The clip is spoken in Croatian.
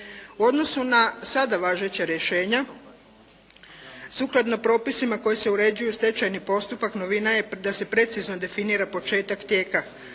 U odnosu na sada važeća rješenja sukladno propisima koji se uređuju stečajni postupak novina je da se precizno definira početak tijeka